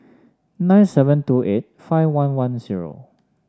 nine seven two eight five one one zero